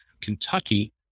Kentucky